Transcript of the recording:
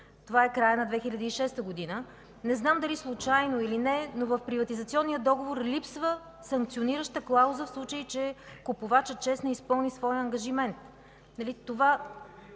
Това е краят на 2006 г. Не знам дали е случайно или не, но в приватизационния договор липсва санкционираща клауза, в случай че купувачът честно изпълни своя ангажимент.